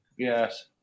Yes